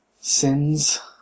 sins